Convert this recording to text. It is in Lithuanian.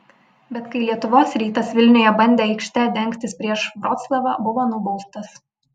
bet kai lietuvos rytas vilniuje bandė aikšte dengtis prieš vroclavą buvo nubaustas